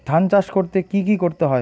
ধান চাষ করতে কি কি করতে হয়?